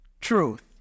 truth